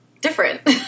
different